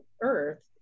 earth